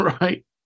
right